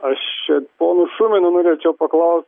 aš pono šumino norėčiau paklausti